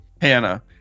Hannah